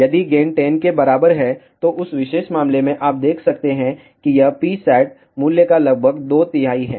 यदि गेन 10 के बराबर है तो उस विशेष मामले में आप देख सकते हैं कि यह Psat मूल्य का लगभग दो तिहाई है